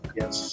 yes